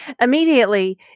Immediately